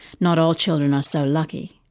not all children are so lucky.